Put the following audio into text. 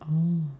oh